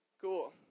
Cool